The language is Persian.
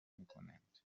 میکنند